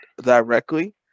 directly